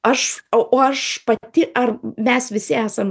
aš o aš pati ar mes visi esam